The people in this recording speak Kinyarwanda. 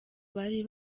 bari